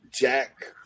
Jack